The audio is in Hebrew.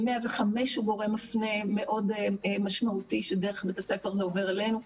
105 הוא גורם מפנה מאוד משמעותי שדרך בית הספר זה עובר אלינו.